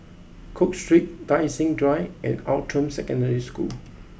cook Street Tai Seng Drive and Outram Secondary School